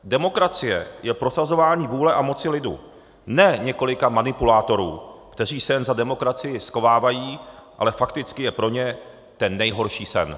Demokracie je prosazování vůle a moci lidu, ne několika manipulátorů, kteří se jen za demokracii schovávají, ale fakticky je pro ně ten nejhorší sen.